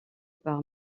par